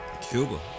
Cuba